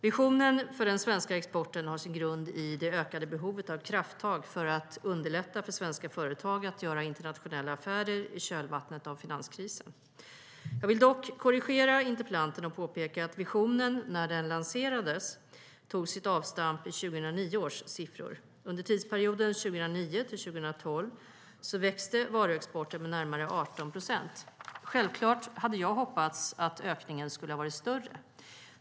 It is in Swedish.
Visionen för den svenska exporten har sin grund i det ökade behovet av krafttag för att underlätta för svenska företag att göra internationella affärer i kölvattnet av finanskrisen. Jag vill dock korrigera interpellanten och påpeka att visionen, när den lanserades, tog sitt avstamp i 2009 års siffror. Under tidsperioden 2009-2012 växte varuexporten med närmare 18 procent. Självklart hade jag hoppats att ökningen skulle ha varit större.